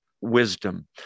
wisdom